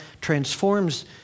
transforms